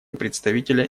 представителя